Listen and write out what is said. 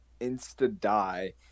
Insta-Die